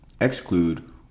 exclude